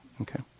Okay